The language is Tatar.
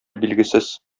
билгесез